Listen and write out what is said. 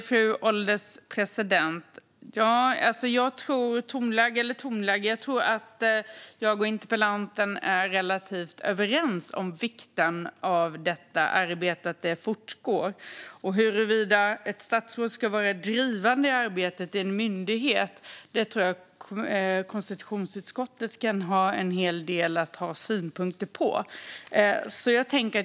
Fru ålderspresident! Jag tror att jag och interpellanten är relativt överens om vikten av att detta arbete fortgår, och huruvida ett statsråd ska vara drivande i arbetet i en myndighet tror jag att konstitutionsutskottet kan ha en del synpunkter på.